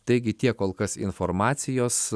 taigi tiek kol kas informacijos